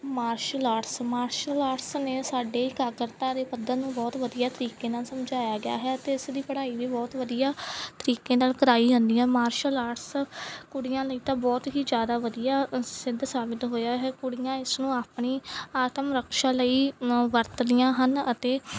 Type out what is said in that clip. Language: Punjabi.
ਮਾਰਸ਼ਲ ਆਰਟਸ ਮਾਰਸ਼ਲ ਆਰਟਸ ਨੇ ਸਾਡੇ ਇਕਾਗਰਤਾ ਦੇ ਪੱਧਰ ਨੂੰ ਬਹੁਤ ਵਧੀਆ ਤਰੀਕੇ ਨਾਲ ਸਮਝਾਇਆ ਗਿਆ ਹੈ ਅਤੇ ਇਸ ਦੀ ਪੜ੍ਹਾਈ ਵੀ ਬਹੁਤ ਵਧੀਆ ਤਰੀਕੇ ਨਾਲ ਕਰਾਈ ਜਾਂਦੀ ਹੈ ਮਾਰਸ਼ਲ ਆਰਟਸ ਕੁੜੀਆਂ ਲਈ ਤਾਂ ਬਹੁਤ ਹੀ ਜ਼ਿਆਦਾ ਵਧੀਆ ਸਿੱਧ ਸਾਬਿਤ ਹੋਇਆ ਹੈ ਕੁੜੀਆਂ ਇਸ ਨੂੰ ਆਪਣੀ ਆਤਮ ਰਕਸ਼ਾ ਲਈ ਵਰਤਦੀਆਂ ਹਨ ਅਤੇ